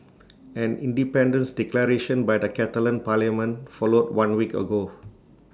an independence declaration by the Catalan parliament followed one week ago